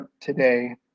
today